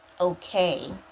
okay